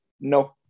no